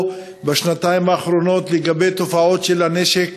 כאן בשנתיים האחרונות בעניין תופעות הנשק